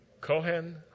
Kohen